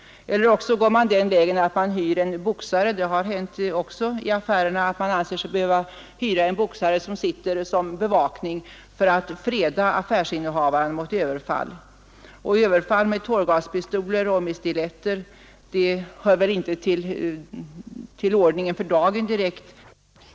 Eller också hyr man en boxare — det har också hänt — som sitter som bevakning för att freda affärsinnehavaren mot överfall. Överfall med tårgaspistoler och stiletter hör väl inte direkt till ordningen för dagen, men det förekommer inte så sällan.